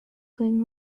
going